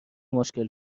مشکل